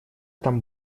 там